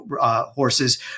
horses